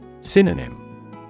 Synonym